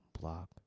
block